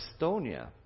Estonia